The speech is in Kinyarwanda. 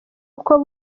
uko